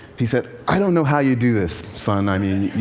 he said, i don't know how you do this, son i mean,